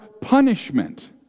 punishment